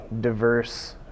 diverse